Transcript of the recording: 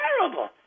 terrible